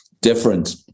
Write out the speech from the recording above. different